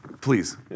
Please